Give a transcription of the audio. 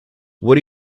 what